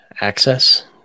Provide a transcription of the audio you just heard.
access